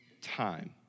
time